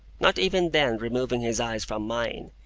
not even then removing his eyes from mine,